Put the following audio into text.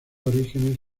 orígenes